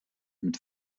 mit